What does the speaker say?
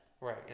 Right